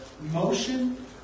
motion